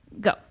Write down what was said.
Go